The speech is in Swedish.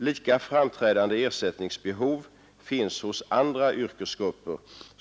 Lika framträdande ersättningsbehov finns hos andra yrkesgrupper.